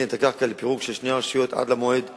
את הקרקע לפירוק של שתי הרשויות עד מועד הבחירות,